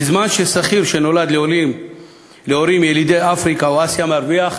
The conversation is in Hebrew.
בזמן ששכיר שנולד להורים ילידי אפריקה או אסיה מרוויח